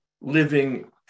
living